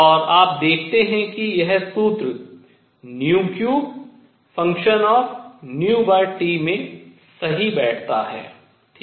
और आप देखते हैं कि यह सूत्र 3f में सही बैठता है ठीक है